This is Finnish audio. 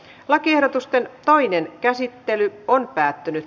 lakiehdotusten toinen käsittely päättyi